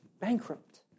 bankrupt